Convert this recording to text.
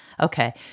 okay